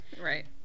Right